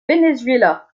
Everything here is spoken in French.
venezuela